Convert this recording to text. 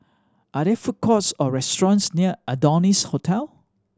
are there food courts or restaurants near Adonis Hotel